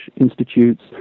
institutes